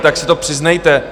Tak se to přiznejte!